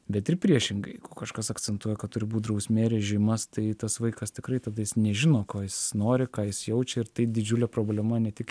bet ir priešingai jeigu kažkas akcentuoja kad turbūt drausmė režimas tai tas vaikas tikrai tada jis nežino ko jis nori ką jis jaučia ir tai didžiulė problema ne tik